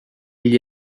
gli